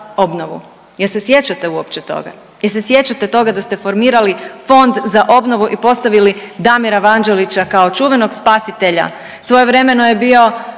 obnovu. Jel se sjećate uopće toga, jel se sjećate toga da ste formirali Fonda za obnovu i postavili Damira Vanđelića kao čuvenog spasitelja? Svojevremeno je bio